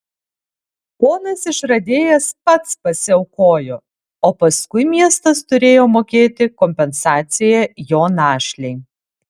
ponas išradėjas pats pasiaukojo o paskui miestas turėjo mokėt kompensaciją jo našlei